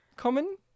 Common